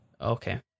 okay